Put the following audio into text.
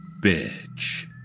Bitch